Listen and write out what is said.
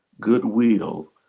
goodwill